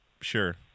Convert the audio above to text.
Sure